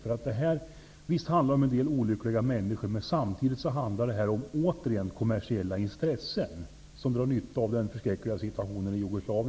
Visst handlar det till en del om olyckliga människor, men samtidigt handlar det återigen om kommersiella intressen som bl.a. drar nytta av den förskräckliga situationen i